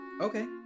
Okay